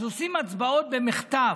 אז עושים הצבעות במחטף.